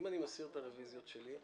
אם אני מסיר את הרביזיות שלי,